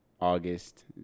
August